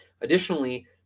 Additionally